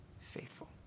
faithful